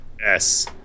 Yes